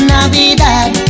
Navidad